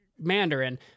Mandarin